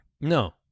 No